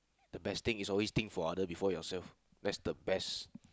the best thing is always think for other before yourself that's the best